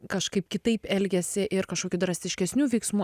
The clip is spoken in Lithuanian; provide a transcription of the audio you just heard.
kažkaip kitaip elgiasi ir kažkokių drastiškesnių veiksmų